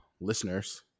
listeners